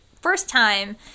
first-time